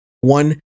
One